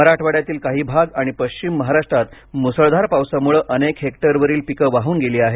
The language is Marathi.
मराठवाड्यातील काही भाग आणि पश्चिम महाराष्ट्रात मुसळधार पावसामुळे अनेक हेक्टरवरील पीकं वाहून गेली आहेत